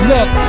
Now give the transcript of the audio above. Look